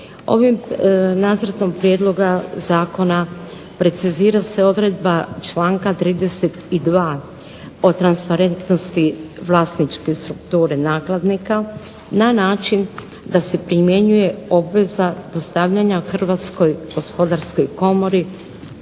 Ovim nacrtom prijedloga zakona precizira se odredba članka 32. o transparentnosti vlasničke strukture nakladnika, na način da se primjenjuje obveza dostavljanja Hrvatskoj gospodarskoj komori